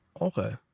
Okay